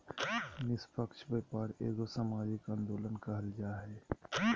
निस्पक्ष व्यापार एगो सामाजिक आंदोलन कहल जा हइ